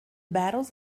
battles